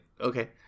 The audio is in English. Okay